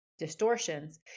Distortions